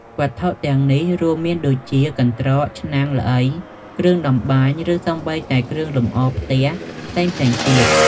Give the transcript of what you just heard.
វត្ថុទាំងនេះរួមមានដូចជា កន្ត្រក ឆ្នាំង ល្អី គ្រឿងតម្បាញ ឬសូម្បីតែ គ្រឿងលម្អផ្ទះ ផ្សេងៗទៀត។